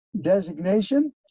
designation